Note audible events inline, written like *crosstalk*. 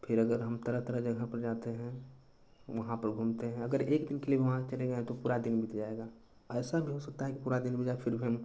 फिर अगर हम तरह तरह के घर पर जाते हैं वहाँ पर घूमते हैं अगर एक वीक के लिए वहाँ चलेंगे तो पूरा दिन बीत जाएगा ऐसा भी हो सकता है कि पूरा दिन *unintelligible* फिर भी हम